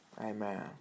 Amen